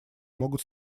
могут